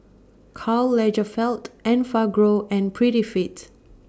Karl Lagerfeld Enfagrow and Prettyfit